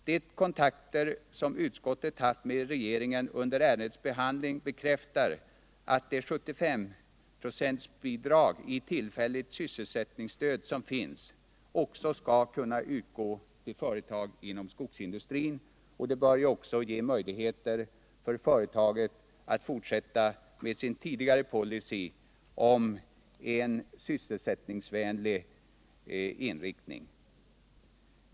De kontakter utskottet haft med regeringen under ärendets behandling bekräftar också att det 75-procentiga bidrag i tillfälligt sysselsättningsstöd som finns, också skall kunna utgå till företag inom skogsindustrin. Det bör också ge möjligheter för företaget att fortsätta med sin tidigare policy om sysselsättningsvänlig inriktning.